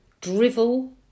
drivel